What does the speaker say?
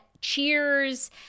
cheers